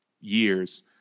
years